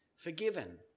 forgiven